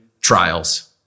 trials